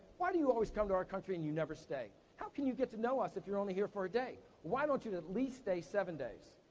why do you always come to our country and you never stay? how can you get to know us if you're only here for a day? why don't you at least stay seven days.